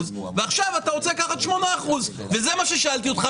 ועכשיו אתה רוצה לקחת 8%. זה מה ששאלתי אותך,